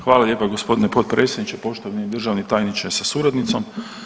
Hvala lijepo g. potpredsjedniče, poštovani državni tajniče sa suradnicom.